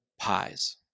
pies